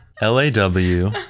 L-A-W